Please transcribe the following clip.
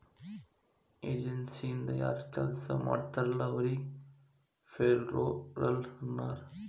ಏಜನ್ಸಿಯಿಂದ ಯಾರ್ ಕೆಲ್ಸ ಮಾಡ್ತಾರಲ ಅವರಿಗಿ ಪೆರೋಲ್ಲರ್ ಅನ್ನಲ್ಲ